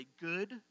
good